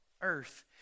earth